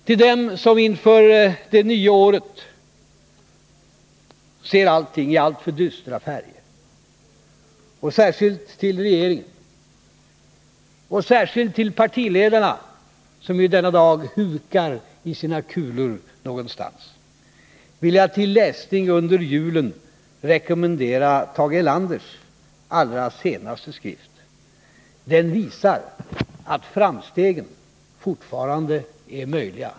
Till dem som inför det nya året ser allting i allt för dystra färger — och särskilt till regeringen och särskilt till partiledarna, som denna dag hukar i sina kulor någonstans — vill jag till läsning under julen rekommendera Tage Erlanders allra senaste skrift. Den visar att framstegen fortfarande är möjliga.